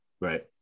Right